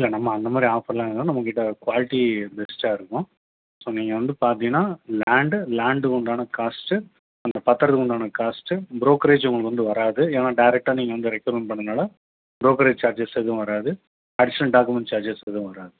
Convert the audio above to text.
இல்லை நம்ம அந்த மாதிரி ஆஃபர்லாம் இல்லை நம்மக்கிட்ட குவாலிட்டி பெஸ்ட்டாக இருக்கும் ஸோ நீங்கள் வந்து பார்த்தீங்கன்னா லேண்டு லேண்டுக்குண்டான காஸ்ட்டு அந்த பத்தரத்துக்குண்டான காஸ்ட்டு ப்ரோக்கரேஜ் உங்களுக்கு வந்து வராது ஏனால் டேரெக்டாக நீங்கள் வந்து ரெக்யூர்மெண்ட் பண்ணனால ப்ரோக்கரேஜ் சார்ஜஸ் எதுவும் வராது அடிஷ்னல் டாக்குமெண்ட் சார்ஜஸ் எதுவும் வராது